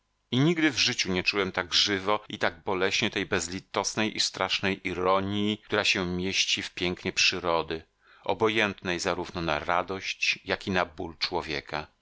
i nigdy w życiu nie czułem tak żywo i tak boleśnie tej bezlitosnej i strasznej ironji która się mieści w pięknie przyrody obojętnej zarówno na radość jak i na ból człowieka